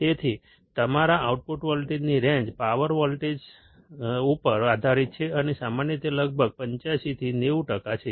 તેથી તમારા આઉટપુટ વોલ્ટેજની રેન્જ પાવર સપ્લાય વોલ્ટેજ ઉપર આધારિત છે અને સામાન્ય રીતે લગભગ 85 થી 95 ટકા છે